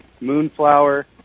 Moonflower